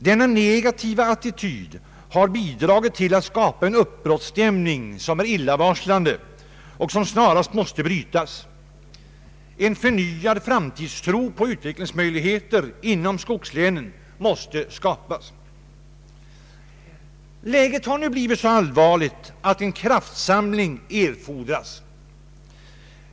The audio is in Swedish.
Denna negativa attityd har bidragit till att skapa en uppbrottsstämning som är illavarslande och som snarast måste brytas. En förnyad framtidstro på utvecklingsmöjligheter inom skogslänen måste skapas. Läget har nu blivit så allvarligt att en kraftsamling erfordras.